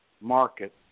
market